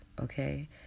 Okay